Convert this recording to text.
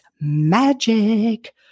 magic